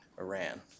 Iran